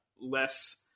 less